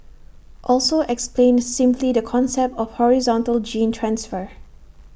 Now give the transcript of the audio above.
also explained simply the concept of horizontal gene transfer